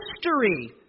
history